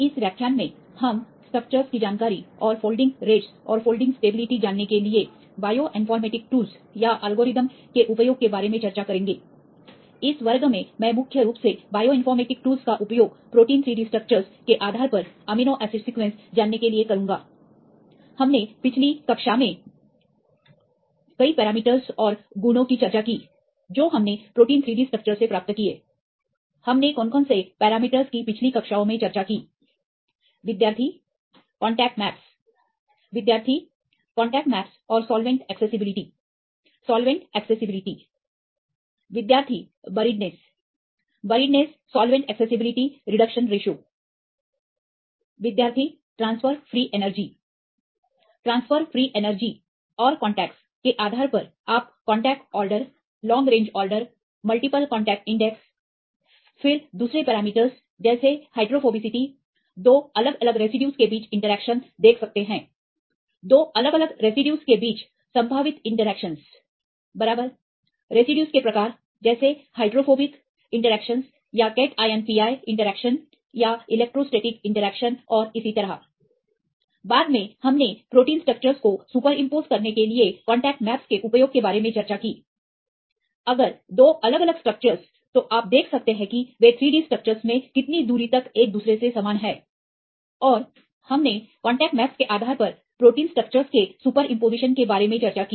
इस व्याख्यान में हम स्ट्रक्चर्स की जानकारी और फोल्डिंग रेटसऔर फोल्डिंग स्टेबिलिटी जानने के लिएबायोइनफॉरमैटिक्स टूलस या एल्गोरिदम के उपयोग के बारे में चर्चा करेंगे इस वर्ग में मैं मुख्य रूप से बायोइनफॉरमैटिक्स टूलस का उपयोग प्रोटीन 3D स्ट्रक्चर्स के आधार पर अमीनो एसिड सीक्वेंस जानने के लिए करूंगा हमने पिछली कक्षा में कई पैरामीटरस और गुणों की चर्चा की जो हमने प्रोटीन 3D स्ट्रक्चर्स से प्राप्त किए हमने कौन कौन से पैरामीटर्स की पिछली कक्षाओं में चर्चा की कांटेक्ट मैप्स विद्यार्थी कांटेक्ट मैप्स और सॉल्वेंट एक्सेसिबिलिटी सॉल्वेंट एक्सेसिबिलिटी विद्यार्थी buriedness buriedness solvent accessibility reduction रेशों विद्यार्थी transfer free energy transfer free एनर्जीpiऔर कांटेक्टस के आधार पर आप contact order long range order multiple contact index फिर दूसरे पैरामीटरस जैसे हाइड्रोफोबिसिटी 2 अलग अलग रेसिड्यूज के बीच इंटरेक्शन देख सकते हैं 2 अलग अलग रेसिड्यूज के बीच संभावित इंटरेक्शनस बराबर रेसिड्यूज के प्रकार जैसे हाइड्रोफोबिक इंटरैक्शनस या कैट आयन pi इंटरैक्शन या इलेक्ट्रोस्टैटिक इंटरैक्शन और इसी तरह बाद में हमने प्रोटीन स्ट्रक्चर्स को सुपरिमपोजsuperimposed करने के लिए कांटेक्ट मैप्स के उपयोग के बारे में चर्चा की अगर 2 अलग अलग स्ट्रक्चर्स आप देख सकते हैं कि वे 3D स्ट्रक्चर्स में कितनी दूर तक एक दूसरे से समान है और हमने कांटेक्ट मैप्स के आधार पर प्रोटीन स्ट्रक्चर्स के सुपर इंपोजिशन के बारे में चर्चा की